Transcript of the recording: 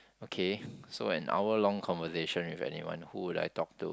okay so an hour long conversation with anyone who would I talk to